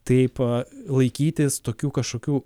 taip laikytis tokių kažkokių